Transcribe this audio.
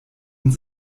und